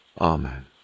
Amen